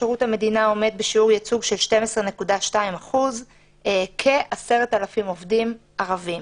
שירות המדינה עומד על שיעור ייצוג של 12.2% - כ-10,000 עובדים ערבים.